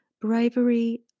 bravery